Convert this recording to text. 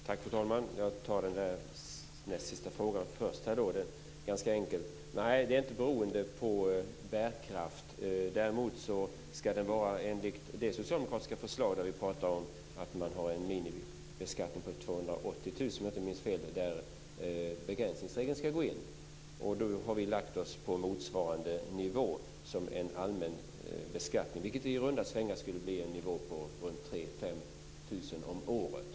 Fru talman! Jag tar frågan om den kommunala avgiften först. Nej, den ska inte tas ut efter bärkraft. Vi har lagt oss på en nivå som motsvarar det socialdemokratiska förslaget om en begränsningsregel vid en minimibeskattning på 280 000, vilket i runda slängar skulle bli 3 000-5 000 om året.